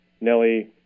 Nelly